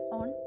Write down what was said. on